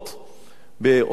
בהושענא רבה,